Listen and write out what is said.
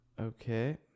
Okay